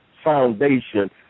foundation